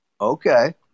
Okay